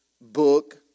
book